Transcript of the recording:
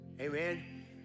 amen